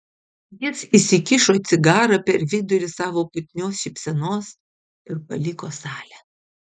jis įsikišo cigarą per vidurį savo putnios šypsenos ir paliko salę